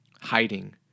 hiding